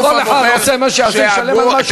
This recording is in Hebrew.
כל אחד, עושה מה שיעשה, ישלם על מה שעושה.